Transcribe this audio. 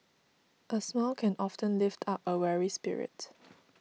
a smile can often lift up a weary spirit